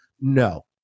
No